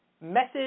message